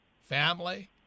family